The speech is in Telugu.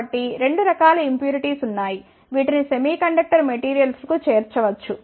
కాబట్టి 2 రకాల ఇంప్యూరిటీస్ ఉన్నాయి వీటిని సెమీకండక్టర్ మెటీరియల్స్ కు చేర్చవచ్చు